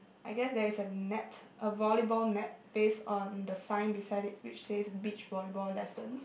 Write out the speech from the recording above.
I guess there is a net a volleyball net base on the sign beside it which states beach volleyball lessons